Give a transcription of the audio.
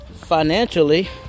financially